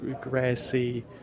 grassy